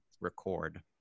record